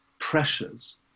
pressures